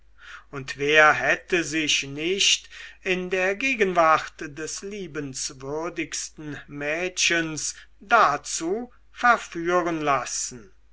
und wer hätte sich nicht in der gegenwart des liebenswürdigsten mädchens dazu verführen lassen